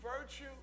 virtue